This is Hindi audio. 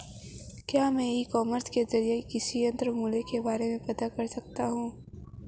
क्या मैं ई कॉमर्स के ज़रिए कृषि यंत्र के मूल्य के बारे में पता कर सकता हूँ?